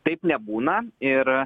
taip nebūna ir